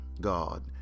God